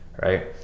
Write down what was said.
right